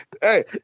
hey